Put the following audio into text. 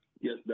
Yes